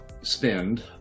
spend